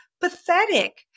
pathetic